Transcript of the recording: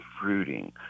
fruiting